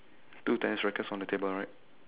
two tennis rackets on the table right